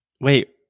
Wait